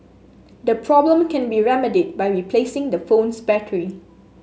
the problem can be remedied by replacing the phone's battery